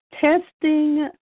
testing